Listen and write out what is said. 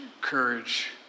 courage